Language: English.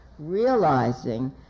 realizing